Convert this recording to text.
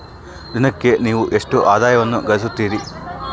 ದಿನಕ್ಕೆ ನೇವು ಎಷ್ಟು ಆದಾಯವನ್ನು ಗಳಿಸುತ್ತೇರಿ?